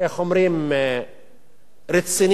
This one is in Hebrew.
רצינית.